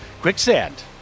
Quicksand